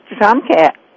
Tomcat